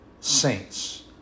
saints